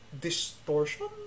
distortion